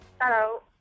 Hello